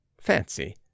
fancy